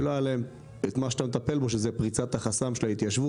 שלא היה להם את מה שאתה מטפל בו שזה פריצת החסם של ההתיישבות,